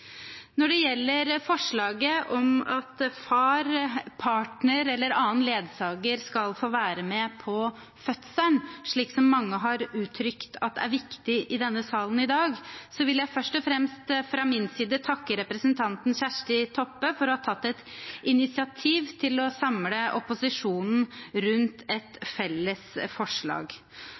Når det gjelder forslaget om at far, partner eller annen ledsager skal få være med på fødselen, slik mange har uttrykt er viktig i denne sal i dag, vil jeg først og fremst fra min side takke representanten Kjersti Toppe for å ha tatt initiativ til å samle opposisjonen rundt et felles forslag. Nå er det slik at Fremskrittspartiet heller har valgt å fremme et annet forslag